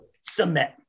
Submit